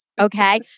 Okay